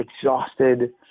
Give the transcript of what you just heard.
exhausted